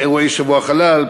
אירועי שבוע החלל,